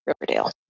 riverdale